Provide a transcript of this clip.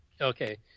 Okay